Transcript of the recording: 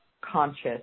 conscious